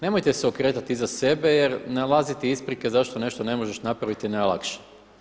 Nemojte se okretati iza sebe jer nalaziti isprike zašto nešto ne možeš napraviti je najlakše.